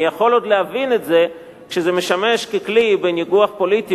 אני יכול עוד להבין את זה כשזה משמש כלי בניגוח פוליטי